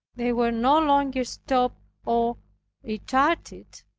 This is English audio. they were no longer stopped or retarded